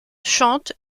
chante